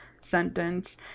sentence